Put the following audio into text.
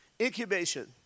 Incubation